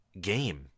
game